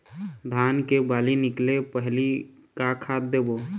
धान के बाली निकले पहली का खाद देबो?